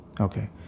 Okay